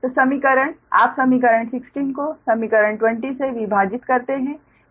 तो समीकरण आप समीकरण 16 को समीकरण 20 से विभाजित करते हैं